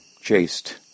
chased